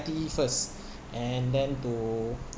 I_T first and then to